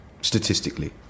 statistically